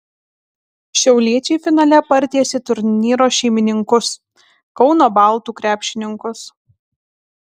šiauliečiai finale partiesė turnyro šeimininkus kauno baltų krepšininkus